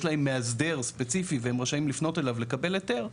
יש להם מאסדר ספציפי והם רשאים לפנות אליו לקבל היתר,